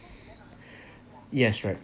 yes right